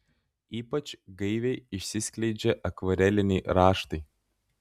ypač gaiviai išsiskleidžia akvareliniai raštai